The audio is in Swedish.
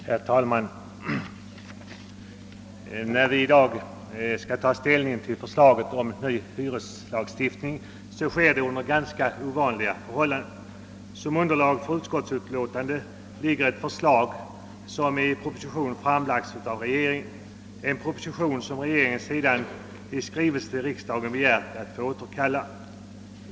Herr talman! När vi i dag skall ta ställning till förslaget om en ny hyreslagstiftning sker det under ganska ovanliga förhållanden. Som underlag för utskottsutlåtandet ligger ett förslag som i proposition framlagts av regeringen. Den propositionen har regeringen sedan i skrivelse till riksdagen begärt att få återkalla.